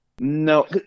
No